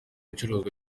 icuruzwa